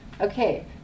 okay